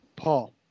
Paul